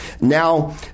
Now